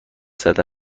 زده